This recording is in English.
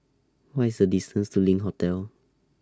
What IS The distance to LINK Hotel